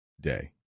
day